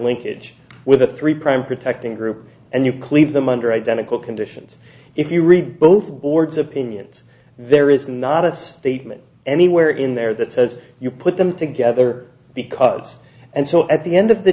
linkage with a three prime protecting group and you cleave them under identical conditions if you read both boards opinions there is not a statement anywhere in there that says you put them together because and so at the end of the